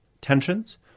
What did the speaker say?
tensions